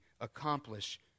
accomplish